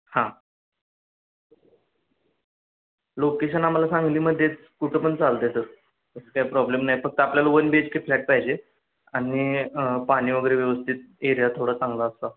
हां लोकेशन आम्हाला सांगलीमध्येच कुठं पण चालतं आहे सर काय प्रॉब्लेम नाही फक्त आपल्याला one B H K flat पाहिजे आणि पाणी वगैरे व्यवस्थित एरिया थोडा चांगला असता